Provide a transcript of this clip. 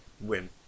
win